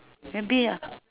maybe ah